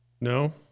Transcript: No